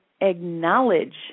acknowledge